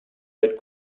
red